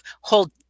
hold